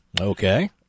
Okay